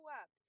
up